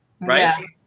Right